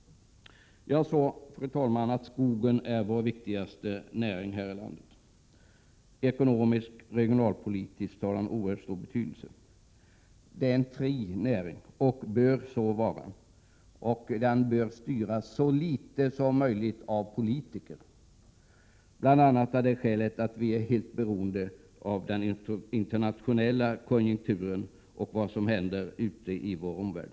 Jag tror, fru talman, att skogen är den viktigaste näringen i vårt land. Ekonomiskt och regionalpolitiskt har den oerhörd stor betydelse. Det är en fri näring och bör så vara. Den bör styras så litet som möjligt av politiker, bl.a. av det skälet att vi är helt beroende av den internationella konjunkturen och av vad som händer i vår omvärld.